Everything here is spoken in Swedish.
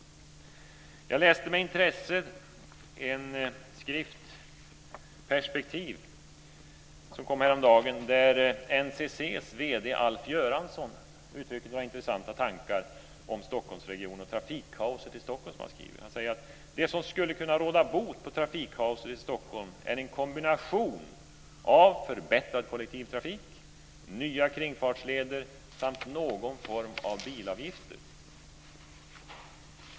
Jag läste med intresse en skrift som heter Perspektiv och som kom häromdagen. Där uttrycker NCC:s vd Alf Göransson några intressanta tankar om Stockholmsregionen - trafikkaoset i Stockholm, som han skriver. Han säger: Det som skulle kunna råda bot på trafikkaoset i Stockholm är en kombination av förbättrad kollektivtrafik och nya kringfartsleder samt någon form av bilavgifter.